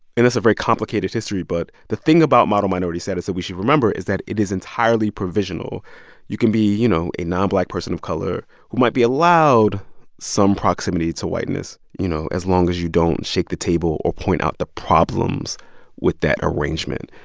and it's a very complicated history, but the thing about model minority status that we should remember is that it is entirely provisional you can be, you know, a nonblack person of color who might be allowed some proximity to whiteness, you know, as long as you don't shake the table or point out the problems with that arrangement.